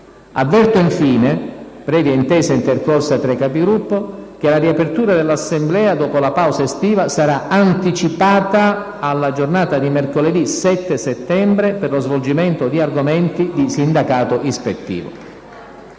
Avverto infine, previa intesa intercorsa tra i Capigruppo, che la riapertura dell'Assemblea dopo la pausa estiva sarà anticipata alla giornata di mercoledì 7 settembre per lo svolgimento di argomenti di sindacato ispettivo.